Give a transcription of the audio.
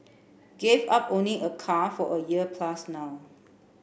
gave up owning a car for a year plus now